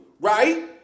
Right